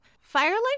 Firelight